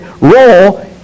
role